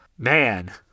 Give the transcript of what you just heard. Man